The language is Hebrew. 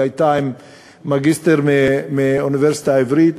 היא הייתה עם מגיסטר מהאוניברסיטה העברית,